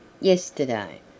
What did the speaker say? yesterday